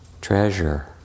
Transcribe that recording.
treasure